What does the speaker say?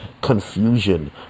confusion